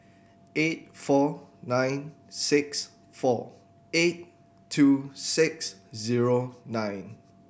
eight four nine six four eight two six zero nine